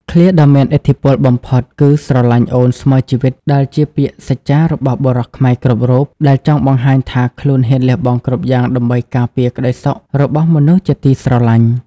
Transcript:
ឃ្លាដ៏មានឥទ្ធិពលបំផុតគឺ "ស្រឡាញ់អូនស្មើជីវិត" ដែលជាពាក្យសច្ចចារបស់បុរសខ្មែរគ្រប់រូប ដែលចង់បង្ហាញថាខ្លួនហ៊ានលះបង់គ្រប់យ៉ាងដើម្បីការពារក្តីសុខរបស់មនុស្សជាទីស្រឡាញ់។